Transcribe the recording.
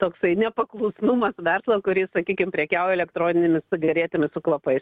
toksai nepaklusnumas verslo kuris sakykim prekiauja elektroninėmis cigaretėmis su kvapais